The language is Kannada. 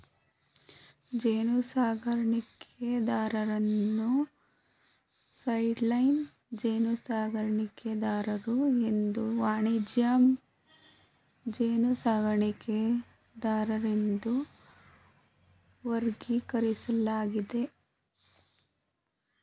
ಜೇನುಸಾಕಣೆದಾರರನ್ನು ಸೈಡ್ಲೈನ್ ಜೇನುಸಾಕಣೆದಾರರು ಹಾಗೂ ವಾಣಿಜ್ಯ ಜೇನುಸಾಕಣೆದಾರರೆಂದು ವರ್ಗೀಕರಿಸಿದ್ದಾರೆ